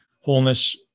wholeness